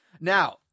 Now